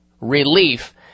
relief